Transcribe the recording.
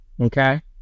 Okay